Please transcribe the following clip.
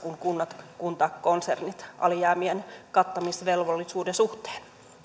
kuin kuntakonsernit alijäämien kattamisvelvollisuuden suhteen